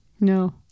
No